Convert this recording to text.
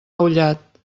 ullat